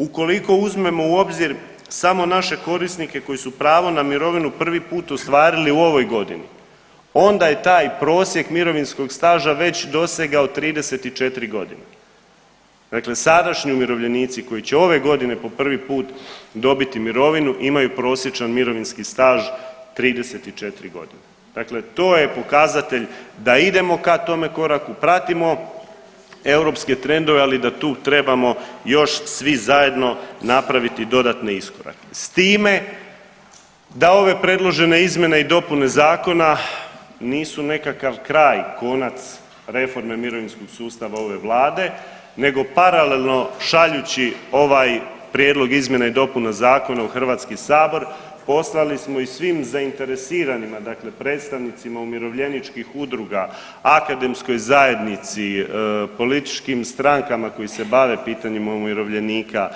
Ukoliko uzmemo u obzir samo naše korisnike koji su pravo na mirovinu prvi put ostvarili u ovoj godini onda je taj prosjek mirovinskog staža već dosegao 34.g., dakle sadašnji umirovljenici koji će ove godine po prvi put dobiti mirovinu imaju prosječan mirovinski staž 34.g., dakle to je pokazatelj a idemo ka tome koraku, pratimo europske trendove, ali da tu trebamo još svi zajedno napraviti dodatne iskorake s time da ove predložene izmjene i dopune zakona nisu nekakav kraj, konac reforme mirovinskog sustava ove vlade nego paralelno šaljući ovaj prijedlog izmjena i dopuna zakona u HS poslali smo i svim zainteresiranima, dakle predstavnicima umirovljeničkih udruga, akademskoj zajednici, političkim strankama koji se bave pitanjima umirovljenika,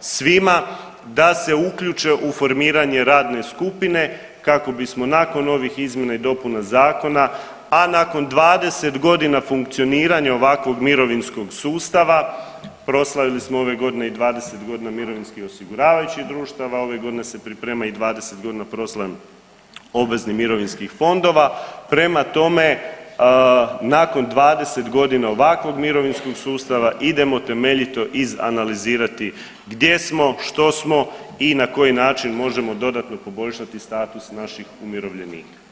svima da se uključe u formiranje radne skupine kako bismo nakon ovih izmjena i dopuna zakona, a nakon 20.g. funkcioniranja ovakvog mirovinskog sustava, proslavili smo ove godine i 20.g. mirovinskih osiguravajućih društava, ove godine se priprema i 20.g. proslave obveznih mirovinskih fondova, prema tome nakon 20.g. ovakvog mirovinskog sustava idemo temeljito izanalizirati gdje smo, što smo i na koji način možemo dodatno poboljšati status naših umirovljenika.